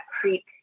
Creek